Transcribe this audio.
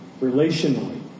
Relationally